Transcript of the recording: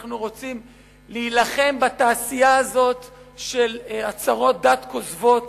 שאנחנו רוצים להילחם בתעשייה הזאת של הצהרות דת כוזבות.